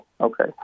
Okay